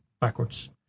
backwards